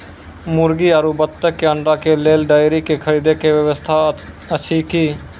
मुर्गी आरु बत्तक के अंडा के लेल डेयरी के खरीदे के व्यवस्था अछि कि?